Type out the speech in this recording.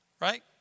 Right